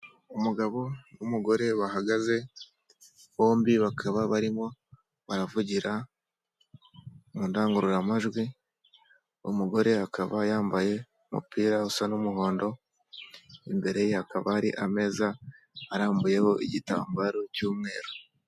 Umugabo n'umugore bahagaze bombi bakaba barimo baravugira mu ndangururamajwi. Umugore akaba yambaye umupira usa n'umuhondo imbere hakaba hari ameza arambuyeho igitambaro cy'umweru.